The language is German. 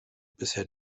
bisher